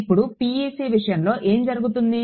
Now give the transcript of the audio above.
ఇప్పుడు PEC విషయంలో ఏమి జరుగుతుంది